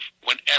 whenever